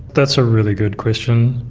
that's a really good question.